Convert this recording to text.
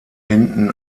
hinten